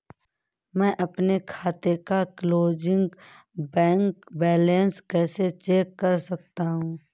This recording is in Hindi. मैं अपने खाते का क्लोजिंग बैंक बैलेंस कैसे चेक कर सकता हूँ?